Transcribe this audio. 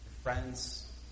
friends